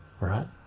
right